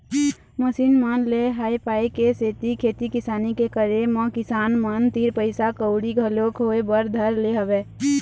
machine मन ले होय पाय के सेती खेती किसानी के करे म किसान मन तीर पइसा कउड़ी घलोक होय बर धर ले हवय